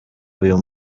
uyu